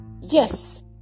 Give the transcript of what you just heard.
Yes